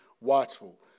watchful